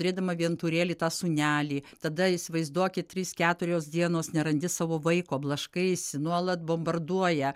turėdama vienturėlį tą sūnelį tada įsivaizduokit trys keturios dienos nerandi savo vaiko blaškaisi nuolat bombarduoja